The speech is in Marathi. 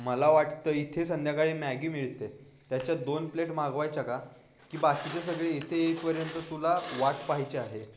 मला वाटतं इथे संध्याकाळी मॅगी मिळते त्याच्या दोन प्लेट मागवायच्या का की बाकीचे सगळे इथे येईपर्यंत तुला वाट पाहायची आहे